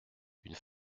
une